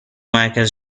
مرکز